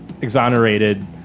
exonerated